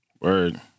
Word